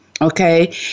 okay